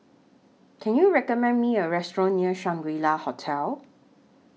Can YOU recommend Me A Restaurant near Shangri La Hotel